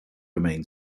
remain